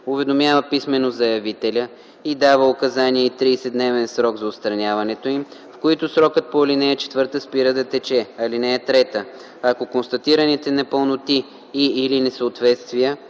уведомява писмено заявителя и дава указания и 30-дневен срок за отстраняването им, в който срокът по ал. 4 спира да тече. (3) Ако констатираните непълноти и/или несъответствия